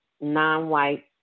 non-white